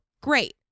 Great